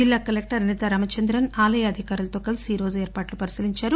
జిల్లా కలెక్షర్ అనితరామచంద్రన్ ఆలయ అధికారులతో కలీసి ఏర్పాట్లను పరిశీలించారు